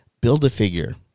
Build-A-Figure